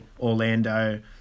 Orlando